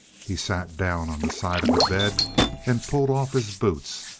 he sat down on the side of the bed and pulled off his boots,